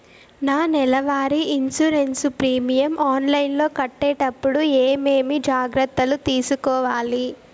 నా నెల వారి ఇన్సూరెన్సు ప్రీమియం ఆన్లైన్లో కట్టేటప్పుడు ఏమేమి జాగ్రత్త లు తీసుకోవాలి?